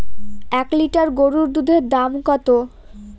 এক লিটার গরুর দুধের দাম কত?